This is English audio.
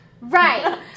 Right